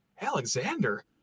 Alexander